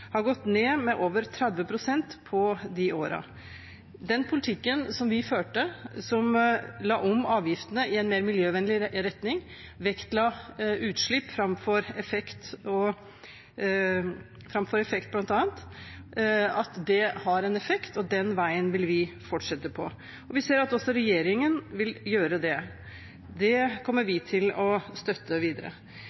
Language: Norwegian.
har gått ned med over 30 pst. på de årene. Politikken vi førte, og som la om avgiftene i en mer miljøvennlig retning, vektla utslipp framfor effekt, bl.a. Det har en effekt, og denne veien vil vi fortsette på. Vi ser at regjeringen også vil gjøre dette, og det kommer vi til å støtte videre.